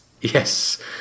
Yes